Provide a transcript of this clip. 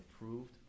approved